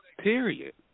period